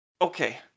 Okay